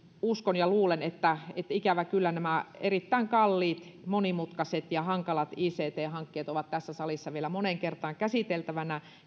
uskon ja luulen että ikävä kyllä nämä erittäin kalliit monimutkaiset ja hankalat ict hankkeet ovat tässä salissa vielä moneen kertaan käsiteltävänä